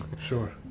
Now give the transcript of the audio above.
sure